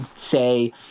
say